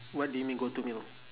what do you mean go-to meal